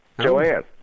Joanne